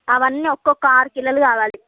అవి అన్ని ఒక్కొక్క ఆరు కిలోలు కావాలి